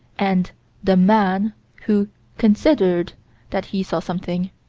and the man who considered that he saw something.